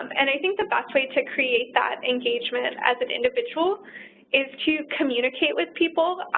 um and i think the best way to create that engagement as an individual is to communicate with people,